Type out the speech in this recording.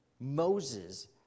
Moses